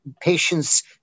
patients